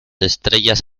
estrellas